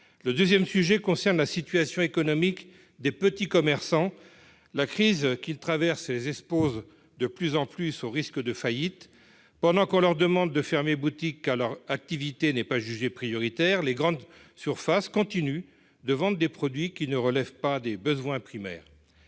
Le deuxième sujet a trait à la situation économique des petits commerçants. La crise qu'ils traversent les expose de plus en plus au risque de faillite. Alors qu'on leur demande de fermer boutique au motif que leur activité n'est pas jugée prioritaire, les grandes surfaces continuent de vendre des produits qui ne relèvent pas des besoins primaires.